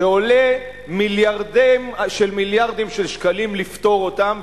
שעולה מיליארדים על מיליארדים של שקלים לפתור אותן,